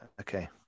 Okay